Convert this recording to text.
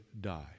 die